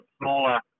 smaller